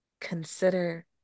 consider